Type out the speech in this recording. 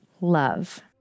love